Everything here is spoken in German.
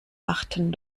machten